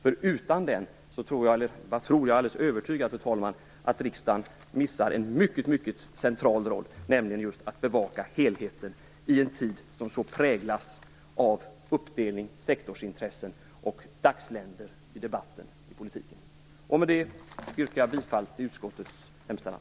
Jag är övertygad om att riksdagen utan den missar en mycket central uppgift, nämligen att bevaka helheten i en tid där den politiska debatten så präglas av en uppdelning, sektorsintressen och dagsländor. Med det yrkar jag bifall till utskottets hemställan.